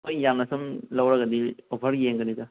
ꯍꯣꯏ ꯌꯥꯝꯅ ꯁꯨꯝ ꯂꯧꯔꯒꯗꯤ ꯑꯣꯐꯔ ꯌꯦꯡꯒꯅꯤꯗ